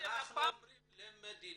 אנחנו אומרים למדינה,